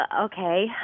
Okay